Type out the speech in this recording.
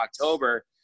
October